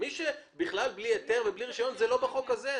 מי שבכלל בלי היתר ובלי רישיון, זה לא בחוק הזה.